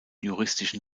juristischen